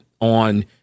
on